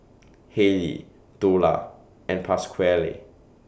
Haley Dola and Pasquale